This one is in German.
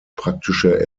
praktische